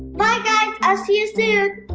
bye guys, i'll see you soon!